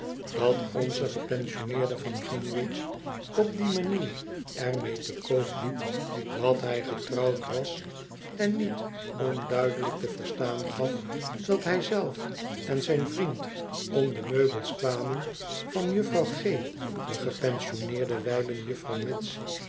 dat onze gepensioneerde van greenwich op die manier er mee te koop liep dat hij getrouwd was en niet onduidelijk te verstaan gaf dat hij zelf en zijn vriend om de meubels kwamen van mevrouw g de gepensioneerde wijlen juffrouw mitts